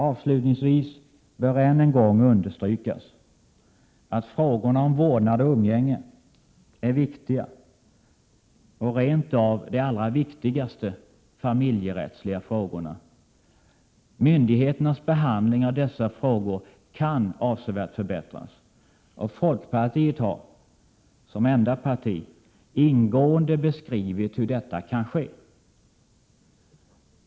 Avslutningsvis bör än en gång understrykas att frågorna om vårdnad och umgänge är viktiga, rent av de allra viktigaste familjerättsliga frågorna. Myndigheternas behandling av dessa frågor kan avsevärt förbättras, och folkpartiet har — som enda parti — ingående beskrivit hur detta kan ske.